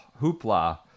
hoopla